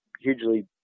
hugely